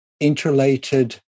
interrelated